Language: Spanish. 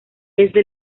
desde